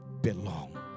belong